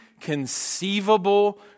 conceivable